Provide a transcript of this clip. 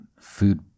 food